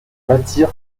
bâtir